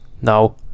No